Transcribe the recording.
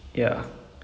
oh okay